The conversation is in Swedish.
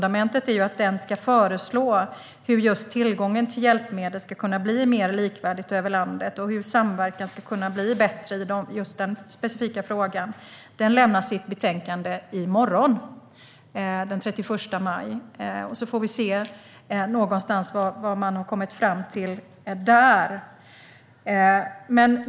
Där är själva grundfundamentet att den ska föreslå just hur tillgången till hjälpmedel ska kunna bli mer likvärdig över landet och hur samverkan ska kunna bli bättre i den specifika frågan. Vi får se någonstans vad man har kommit fram till där.